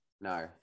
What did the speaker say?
No